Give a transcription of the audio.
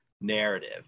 narrative